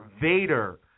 Vader